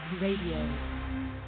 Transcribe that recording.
radio